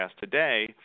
today